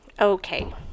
Okay